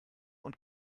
und